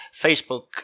Facebook